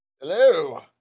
Hello